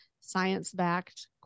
science-backed